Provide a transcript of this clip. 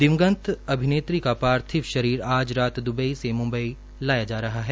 दिवंगत अभिनेत्री का पार्थिव शरीर आज राज द्बई से मुंबई लाया जा रहा है